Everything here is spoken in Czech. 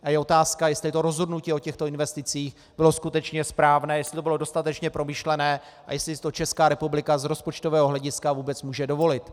A je otázka, jestli rozhodnutí o těchto investicích bylo skutečně správné, jestli bylo dostatečně promyšlené a jestli si to Česká republika z rozpočtového hlediska vůbec může dovolit.